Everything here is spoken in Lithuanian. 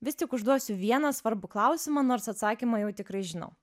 vis tik užduosiu vieną svarbų klausimą nors atsakymą jau tikrai žinau